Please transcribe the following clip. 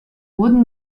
wurden